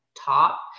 top